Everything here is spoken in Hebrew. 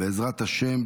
בעזרת השם,